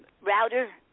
router